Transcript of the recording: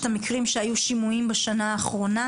המקרים שהיו שימועים בשנה האחרונה.